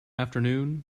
afternoon